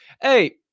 Hey